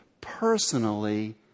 personally